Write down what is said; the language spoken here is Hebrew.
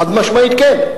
חד-משמעית כן.